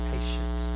Patient